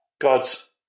God's